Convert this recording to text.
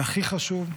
והכי חשוב,